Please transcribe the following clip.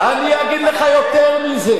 אני אגיד לך יותר מזה.